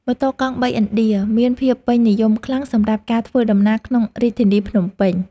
ម៉ូតូកង់បីឥណ្ឌាមានភាពពេញនិយមខ្លាំងសម្រាប់ការធ្វើដំណើរក្នុងរាជធានីភ្នំពេញ។